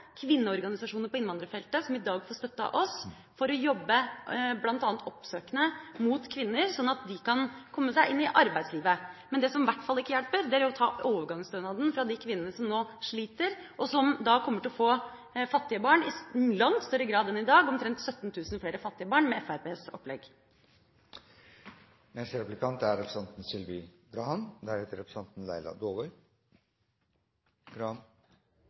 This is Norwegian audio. i dag støtte av oss for bl.a. å jobbe oppsøkende mot kvinner, sånn at de kan komme seg inn i arbeidslivet. Det som i hvert fall ikke hjelper, er å ta overgangsstønaden fra de kvinnene som nå sliter – da kommer vi i langt større grad enn i dag til å få fattige barn. Omtrent 17 000 flere fattige barn vil det bli med Fremskrittspartiets opplegg. Forskningsprogrammet IT funk er